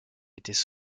étaient